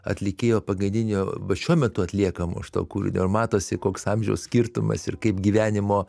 atlikėjo pagrindinio va šiuo metu atliekamo šito kūrinio ir matosi koks amžiaus skirtumas ir kaip gyvenimo